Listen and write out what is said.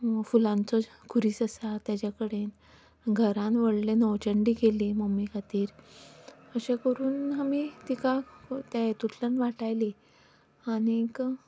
फुलांचो खुरीस आसा ताजे कडेन घरांत व्हडले नवचंदी केली मम्मी खातीर अशें करून आमी तिका त्या हितुंतल्यान वाटायली आमीक